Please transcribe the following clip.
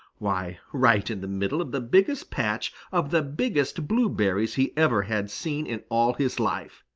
why, right in the middle of the biggest patch of the biggest blueberries he ever had seen in all his life!